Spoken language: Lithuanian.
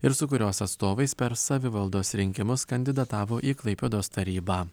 ir su kurios atstovais per savivaldos rinkimus kandidatavo į klaipėdos tarybą